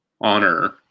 honor